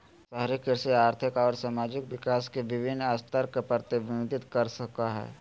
शहरी कृषि आर्थिक अउर सामाजिक विकास के विविन्न स्तर के प्रतिविंबित कर सक हई